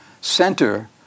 center